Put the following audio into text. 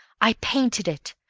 i painted it,